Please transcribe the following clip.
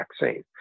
vaccine